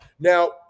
Now